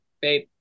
babe